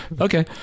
Okay